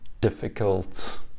difficult